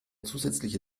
zusätzliche